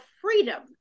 freedom